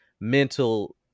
mental